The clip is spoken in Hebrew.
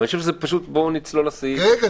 אני חושב שפשוט נצלול לסעיף, אחרת